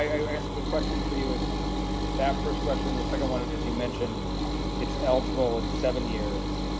i guess the question for you is that first question, and the second one and is you mentioned it's eligible in seven years.